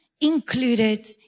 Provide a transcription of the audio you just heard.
included